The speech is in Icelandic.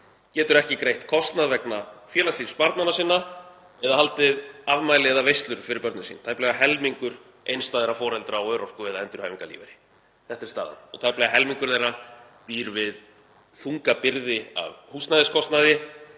getur ekki greitt kostnað vegna félagslífs barnanna sinna eða haldið afmæli eða veislur fyrir börnin sín, tæplega helmingur einstæðra foreldra á örorku- eða endurhæfingarlífeyri. Þetta er staðan. Tæplega helmingur þeirra býr við þunga byrði af húsnæðiskostnaði,